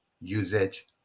usage